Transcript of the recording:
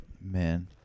Man